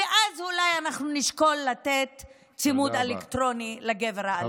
ואז אולי אנחנו נשקול לתת צימוד אלקטרוני לגבר האלים.